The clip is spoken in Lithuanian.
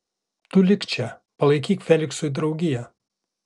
tu lik čia palaikyk feliksui draugiją